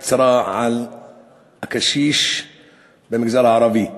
של הקשיש במגזר הערבי.